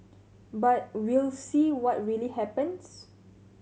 but we'll see what really happens